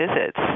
visits